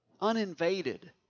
uninvaded